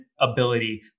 ability